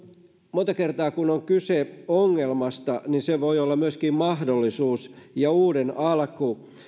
monta kertaa kun on kyse ongelmasta se voi olla myöskin mahdollisuus ja uuden alku